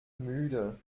müde